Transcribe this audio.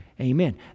Amen